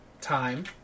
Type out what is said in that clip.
time